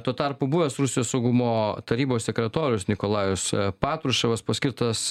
tuo tarpu buvęs rusijos saugumo tarybos sekretorius nikolajus patruševas paskirtas